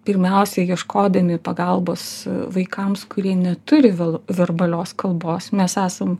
pirmiausia ieškodami pagalbos vaikams kurie neturi vėl verbalios kalbos mes esam